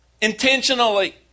intentionally